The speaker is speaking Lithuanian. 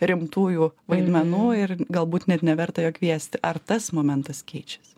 rimtųjų vaidmenų ir galbūt net neverta jo kviesti ar tas momentas keičiasi